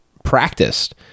practiced